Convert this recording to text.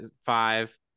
five